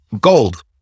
gold